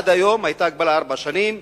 עד היום היתה הגבלה לארבע שנים,